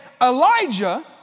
Elijah